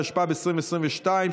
התשפ"ב 2022,